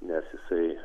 nes jisai